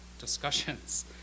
discussions